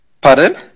Pardon